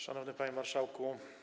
Szanowny Panie Marszałku!